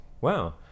Wow